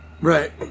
Right